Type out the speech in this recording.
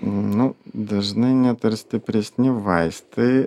nu dažnai net ir stipresni vaistai